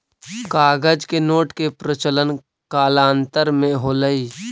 कागज के नोट के प्रचलन कालांतर में होलइ